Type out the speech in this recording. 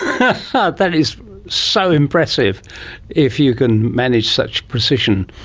and that is so impressive if you can manage such precision.